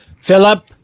Philip